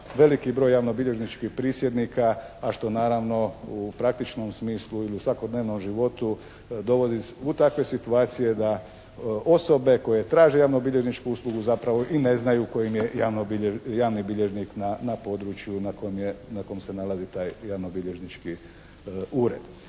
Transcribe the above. veliki broj javnobilježničkih prisjednika a što naravno u praktičnom smislu ili u svakodnevnom životu dovodi u takve situacije da osobe koje traže javnobilježničku uslugu zapravo i ne znaju tko im je javni bilježnik na području na kojem se nalazi taj javnobilježnički ured.